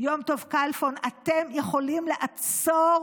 יום טוב כלפון, אתם יכולים לעצור